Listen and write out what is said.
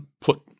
put